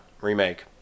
Remake